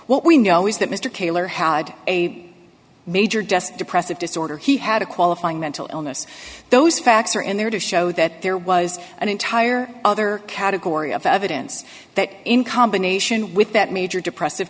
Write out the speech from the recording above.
what we know is that mr kaylor had a major desk depressive disorder he had a qualifying mental illness those facts are in there to show that there was an entire other category of evidence that in combination with that major depressive